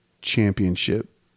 championship